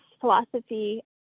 philosophy